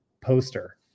poster